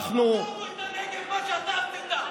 את הדגל כמו שאתה עשית.